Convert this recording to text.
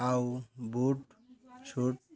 ଆଉ ବୁଟ ଛୁଟ